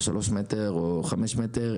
שלושה מטרים או חמישה מטרים,